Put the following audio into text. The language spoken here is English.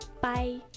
Bye